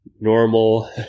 normal